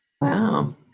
Wow